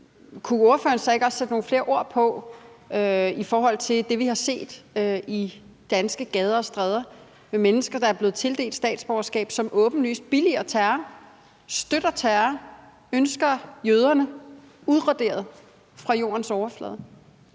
Kunne ordføreren så ikke også sætte nogle flere ord på det, vi har set i danske gader og stræder med mennesker, der er blevet tildelt statsborgerskab, og som åbenlyst billiger terror, støtter terror og ønsker jøderne udraderet fra jordens overflade?